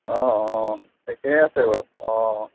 অঁ অঁ ঠিকেই আছে বাৰু অঁ অঁ